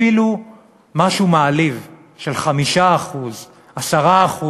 אפילו משהו מעליב של 5%, 10%,